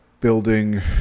building